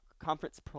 conference